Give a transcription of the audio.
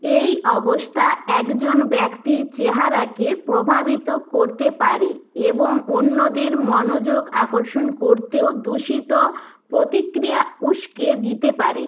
এই অবস্থা একজন ব্যক্তির চেহারাকে প্রভাবিত করতে পারে এবং অন্যদের মনোযোগ আকর্ষণ করতে ও দূষিত প্রতিক্রিয়া উস্কে দিতে পারে